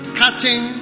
cutting